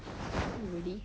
really